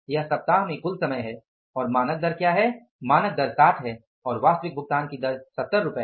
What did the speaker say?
यह सप्ताह में कुल समय है और मानक दर क्या है मानक दर 60 है और वास्तविक भुगतान की दर 70 है